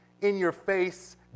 in-your-face